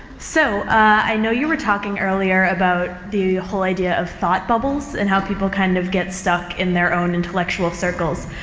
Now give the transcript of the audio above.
so, ah, i know you were talking earlier about the whole idea of thought bubbles and how people kind of get stuck in their own intellectual circles.